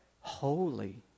holy